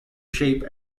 shape